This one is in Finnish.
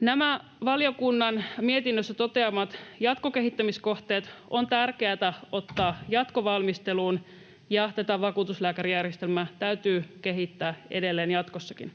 Nämä valiokunnan mietinnössä toteamat jatkokehittämiskohteet on tärkeätä ottaa jatkovalmisteluun, ja tätä vakuutuslääkärijärjestelmää täytyy kehittää edelleen jatkossakin.